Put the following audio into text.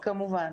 ההסעות, כמובן.